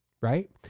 right